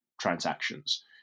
transactions